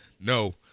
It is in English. No